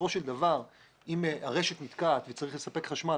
בסופו של דבר אם הרשת נתקעת וצריך לספק חשמל,